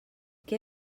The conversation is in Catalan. què